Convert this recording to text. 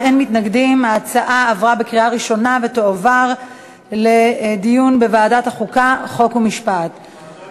ההצעה להעביר את הצעת חוק הסיוע המשפטי (תיקון מס' 12)